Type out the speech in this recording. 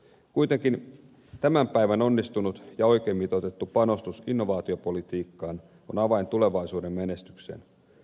kuitenkin tämän päivän onnistunut ja oikein mitoitettu panostus innovaatiopolitiikkaan on avain tulevaisuuden menestykseen